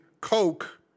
coke